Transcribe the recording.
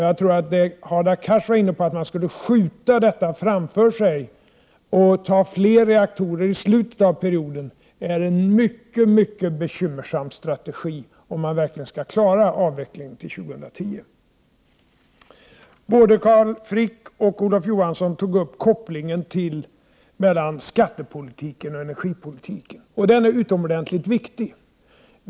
Jag tror att det som Hadar Cars var inne på, att man skulle skjuta detta framför sig och stänga av fler reaktorer i slutet av perioden, är en mycket bekymmersam strategi, om man verkligen skall klara avvecklingen till 2010. Både Carl Frick och Olof Johansson tog upp kopplingen mellan skattepolitiken och energipolitiken. Den är utomordentligt viktig.